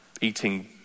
eating